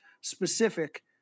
specific